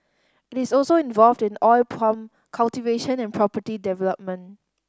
it is also involved in oil palm cultivation and property development